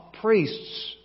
priests